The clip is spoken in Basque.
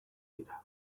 dira